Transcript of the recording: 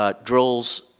ah drills,